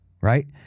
right